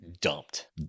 dumped